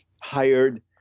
hired